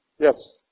Yes